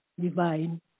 Divine